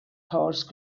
horse